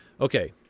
Okay